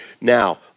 Now